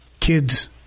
Kids